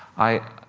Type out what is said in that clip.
i